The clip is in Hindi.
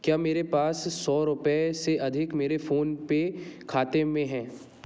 क्या मेरे पास सौ रुपये से अधिक मेरे फ़ोन पर खाते में है